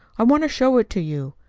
i want to show it to you.